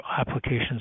applications